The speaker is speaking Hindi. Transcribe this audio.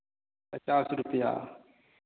पचास रुपैया